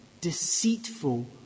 deceitful